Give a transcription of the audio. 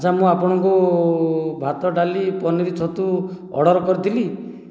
ଆଛା ମୁଁ ଆପଣଙ୍କୁ ଭାତ ଡାଲି ପନିର ଛତୁ ଅର୍ଡ଼ର କରିଥିଲି